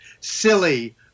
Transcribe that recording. silly